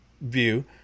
view